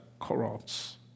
corrupts